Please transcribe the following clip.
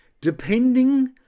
depending